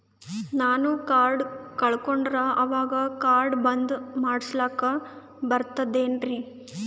ನಾನು ಕಾರ್ಡ್ ಕಳಕೊಂಡರ ಅವಾಗ ಕಾರ್ಡ್ ಬಂದ್ ಮಾಡಸ್ಲಾಕ ಬರ್ತದೇನ್ರಿ?